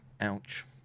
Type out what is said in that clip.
Ouch